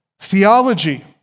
theology